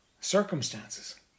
circumstances